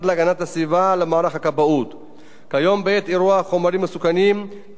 בעת אירוע חומרים מסוכנים צוותי כיבוי האש היו מגיעים ראשונים לאירוע,